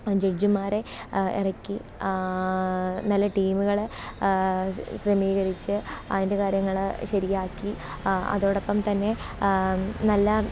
ജഡ്ജിമാരെ ഇറക്കി നല്ലെ ടീമുകളെ ക്രമീകരിച്ച് അതിന്റെ കാര്യങ്ങൾ ശരിയാക്കി അ അതോടോപ്പം തന്നെ നല്ല